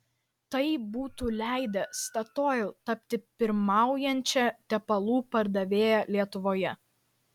tai būtų leidę statoil tapti pirmaujančia tepalų pardavėja lietuvoje